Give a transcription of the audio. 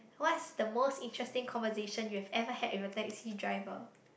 what's the most interesting conversation you have ever had with a taxi driver